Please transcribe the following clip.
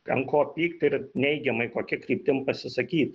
ant ko pykt ir neigiamai kokia kryptim pasisakyt